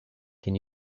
can